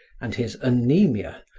and his anaemia,